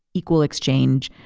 equal exchange,